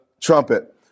trumpet